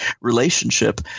relationship